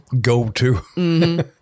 Go-to